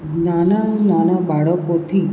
નાના નાના બાળકોથી